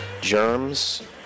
germs